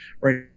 Right